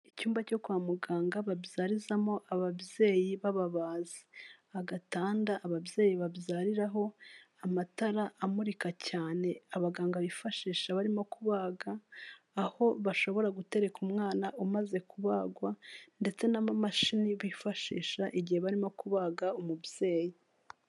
Icyumba cyo kwa muganga babyarizamo ababyeyi bababaze, agatanda ababyeyi babyariraho, amatara amurika cyane abaganga bifashisha barimo kubaga, aho bashobora gutereka umwana umaze kubagwa ndetse n'amamashini bifashisha igihe barimo kubaga umubyeyi